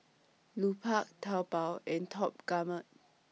Lupark Taobao and Top Gourmet